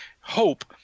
hope